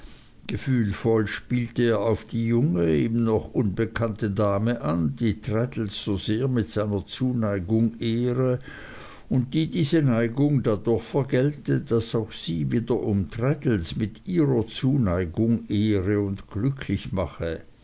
gefühlvoll spielte er auf die junge ihm noch unbekannte dame an die traddles so sehr mit seiner zuneigung ehre und die diese neigung da durch vergelte daß auch sie wiederum traddles mit ihrer zuneigung ehre und glücklich mache